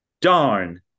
Darn